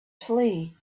flee